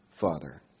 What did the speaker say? Father